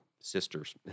sisters